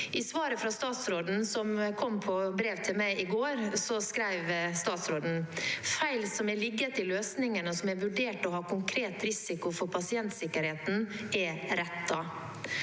I svaret fra statsråden, som kom som brev til meg i går, skrev statsråden at feil som har ligget i løsningen, og som er vurdert å ha konkret risiko for pasientsikkerheten, er rettet.